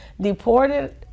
deported